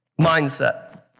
mindset